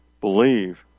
believe